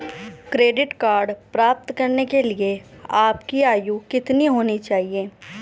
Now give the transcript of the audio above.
Credit card प्राप्त करने के लिए आपकी आयु कितनी होनी चाहिए?